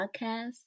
podcast